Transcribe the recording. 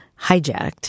hijacked